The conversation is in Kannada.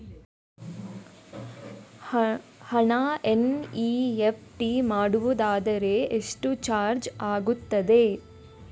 ಹಣ ಎನ್.ಇ.ಎಫ್.ಟಿ ಮಾಡುವುದಾದರೆ ಎಷ್ಟು ಚಾರ್ಜ್ ಆಗುತ್ತದೆ?